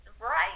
Right